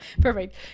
perfect